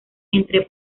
entre